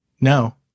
No